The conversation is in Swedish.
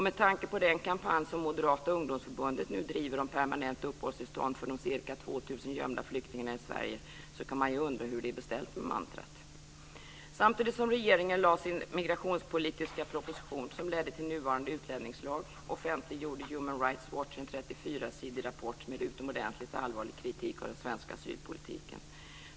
Med tanke på den kampanj som Moderata ungdomsförbundet nu driver om permanent uppehållstillstånd för de ca 2 000 gömda flyktingarna i Sverige kan man ju undra hur det är beställt med mantrat. Samtidigt som regeringen lade fram sin migrationspolitiska proposition, som ledde till nuvarande utlänningslag, offentliggjorde Human Rights Watch en 34-sidig rapport med utomordentligt allvarlig kritik av den svenska asylpolitiken.